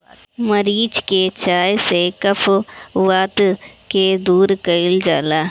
मरीच के चाय से कफ वात के दूर कइल जाला